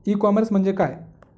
E commerce म्हणजे काय?